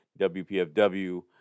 WPFW